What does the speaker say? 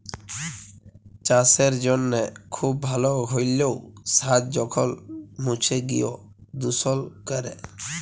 চাসের জনহে খুব ভাল হ্যলেও সার যখল মুছে গিয় দুষল ক্যরে